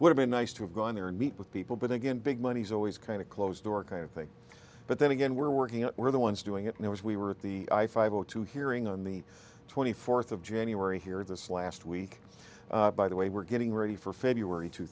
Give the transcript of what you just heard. would have been nice to have gone there and meet with people but again big money's always kind of closed door kind of thing but then again we're working out we're the ones doing it now as we were at the five o two hearing on the twenty fourth of january here this last week by the way we're getting ready for february two